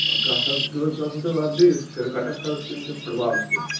آ کَتھ حظ تۄہہِ آسوٕ تۄہہِ وَردی کِرکَٹَس حظ کِنہٕ کِنہٕ فُٹ بالَس کِژھ